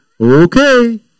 okay